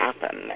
happen